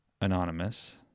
anonymous